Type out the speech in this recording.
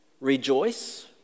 Rejoice